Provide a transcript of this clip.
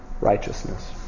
righteousness